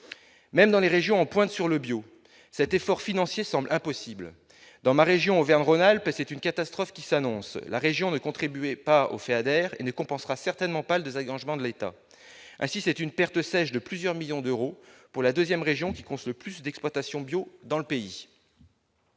même dans les régions en pointe sur le bio, cet effort financier semble impossible : dans ma région Auvergne-Rhône-Alpes c'est une catastrophe qui s'annonce, la région de contribuer pas au fait adhère ne compensera certainement pas l'Delagrange, de l'État, ainsi, c'est une perte sèche de plusieurs millions d'euros pour la 2ème, région qui compte le plus d'exploitations bio dans le pays.